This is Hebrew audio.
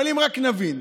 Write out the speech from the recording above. אבל אם רק נבין: